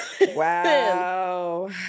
Wow